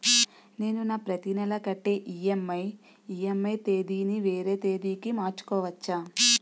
నేను నా ప్రతి నెల కట్టే ఈ.ఎం.ఐ ఈ.ఎం.ఐ తేదీ ని వేరే తేదీ కి మార్చుకోవచ్చా?